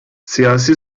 siyasi